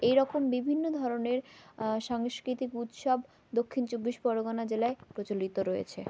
এই রকম বিভিন্ন ধরনের সাংস্কৃতিক উৎসব দক্ষিণ চব্বিশ পরগনা জেলায় প্রচলিত রয়েছে